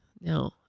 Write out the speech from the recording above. no